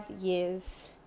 years